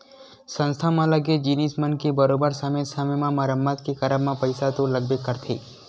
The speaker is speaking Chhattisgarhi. संस्था म लगे जिनिस मन के बरोबर समे समे म मरम्मत के करब म पइसा तो लगबे करथे